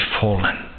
fallen